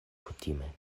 kutime